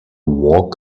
walk